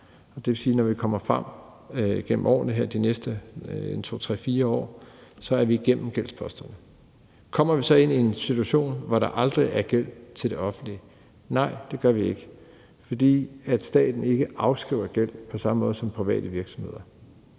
Det vil sige, at når vi kommer de næste 2, 3 eller 4 år frem, er vi igennem gældsposterne. Kommer vi så i en situation, hvor der aldrig er gæld til det offentlige? Nej, det gør vi ikke. For staten afskriver ikke gæld på samme måde som private virksomheder.